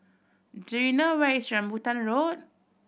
do you know where is Rambutan Road